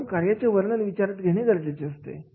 म्हणून कार्याचे वर्णन विचारात घेणे गरजेचे असते